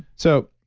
so,